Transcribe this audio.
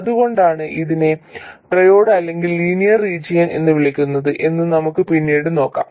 എന്തുകൊണ്ടാണ് ഇതിനെ ട്രയോഡ് അല്ലെങ്കിൽ ലീനിയർ റീജിയൻ എന്ന് വിളിക്കുന്നത് എന്ന് നമുക്ക് പിന്നീട് നോക്കാം